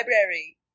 library